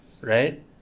right